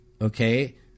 okay